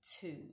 two